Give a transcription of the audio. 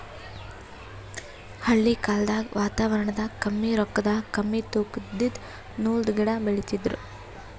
ಹಳಿ ಕಾಲ್ದಗ್ ವಾತಾವರಣದಾಗ ಕಮ್ಮಿ ರೊಕ್ಕದಾಗ್ ಕಮ್ಮಿ ತೂಕಾ ಇದಿದ್ದು ನೂಲ್ದು ಗಿಡಾ ಬೆಳಿತಿದ್ರು